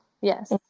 Yes